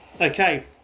okay